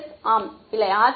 S ஆம் இல்லை R